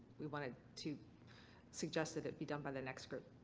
we wanted to suggest that it be done by the next group.